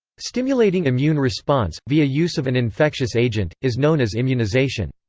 stimulating immune response, via use of an infectious agent, is known as immunization.